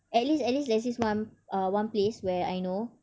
at least at least there's this one uh one place where I know